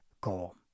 goal